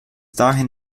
dahin